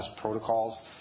protocols